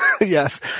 Yes